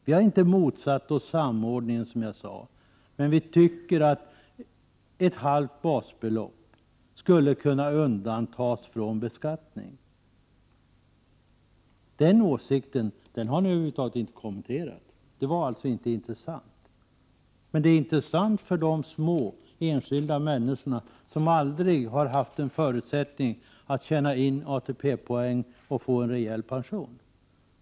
Vi har inte motsatt oss samordningen, som jag sade, men vi tycker att ett halvt basbelopp skulle kunna undantas från beskattning. Den åsikten har ni över huvud taget inte kommenterat. Den var alltså inte intressant. Men frågan är intressant för de små, enskilda människorna som aldrig har haft en förutsättning att tjäna in ATP-poäng och få en rejäl pension.